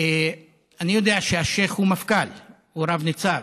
אני יודע שאלשיך הוא מפכ"ל, הוא רב-ניצב,